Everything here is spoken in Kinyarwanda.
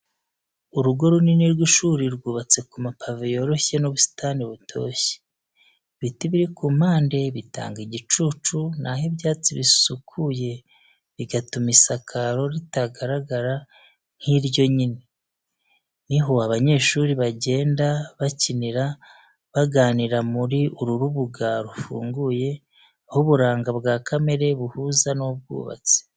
Urugo runini rw’ishuri rwubatse ku mapave yoroshye n’ubusitani butoshye. Ibiti biri ku mpande bitanga igicucu, na ho ibyatsi bisukuye bigatuma isakaro ritagaragara nk’iryonyine. Ni ho abanyeshuri bagenda, bakinira, baganira muri uru rubuga rufunguye, aho uburanga bwa kamere buhuza n’ubwubatsi.